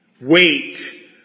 Wait